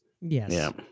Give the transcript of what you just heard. Yes